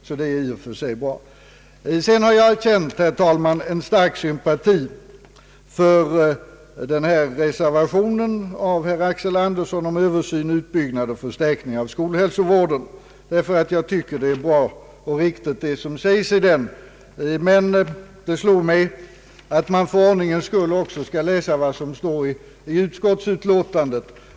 Jag har, herr talman, känt en stark sympati för reservationen av herr Axel Andersson om översyn, utbyggnad och förstärkning av skolhälsovården. Det som sägs i den reservationen är bra och riktigt. Men det slog mig att man för ordningens skull också bör läsa vad som står i utskottsutlåtandet.